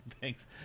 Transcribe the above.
Thanks